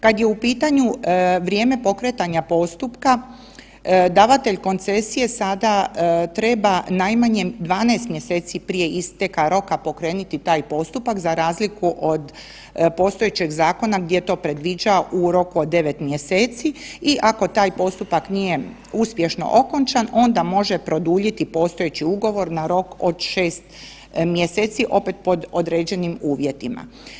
Kad je u pitanju vrijeme pokretanja postupka, davatelj koncesije sada treba najmanje 12 mjeseci prije isteka roka pokrenuti taj postupak za razliku od postojećeg zakona gdje to predviđa u roku od 9. mjeseci i ako taj postupak nije uspješno okončan onda može produljiti postojeći ugovor na rok od 6. mjeseci opet pod određenim uvjetima.